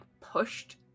pushed